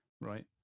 right